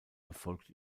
erfolgt